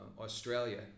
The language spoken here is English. Australia